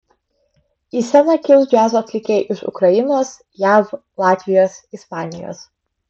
į sceną kils džiazo atlikėjai iš ukrainos jav latvijos ispanijos